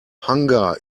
hunger